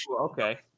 Okay